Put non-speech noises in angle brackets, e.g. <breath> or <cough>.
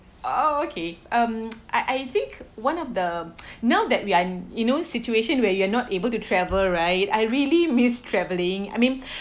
oh okay um <noise> I I think one of the <noise> now that we are in you know situation where you are not able to travel right I really miss travelling I mean <breath>